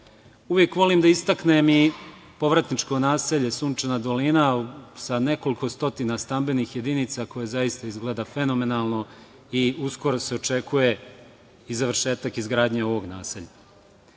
volim da istaknem i povratničko naselje „Sunčana dolina“ sa nekoliko stotina stambenih jedinica koje zaista izgleda fenomenalno i uskoro se očekuje i završetak izgradnje ovog naselja.Međutim,